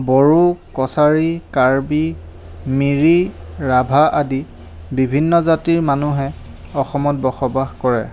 বড়ো কছাৰী কাৰ্বি মিৰি ৰাভা আদি বিভিন্ন জাতিৰ মানুহে অসমত বসবাস কৰে